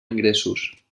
ingressos